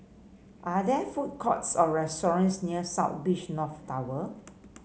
are there food courts or restaurants near South Beach North Tower